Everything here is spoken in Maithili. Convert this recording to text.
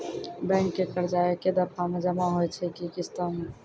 बैंक के कर्जा ऐकै दफ़ा मे जमा होय छै कि किस्तो मे?